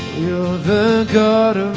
the god